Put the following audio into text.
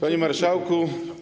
Panie Marszałku!